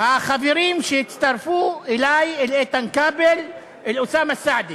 החברים שהצטרפו אלי, אל איתן כבל ואל אוסאמה סעדי: